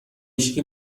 مشکی